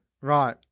Right